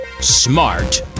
smart